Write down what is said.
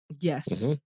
Yes